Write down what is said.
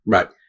Right